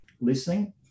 listening